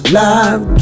love